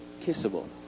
kissable